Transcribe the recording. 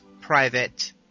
private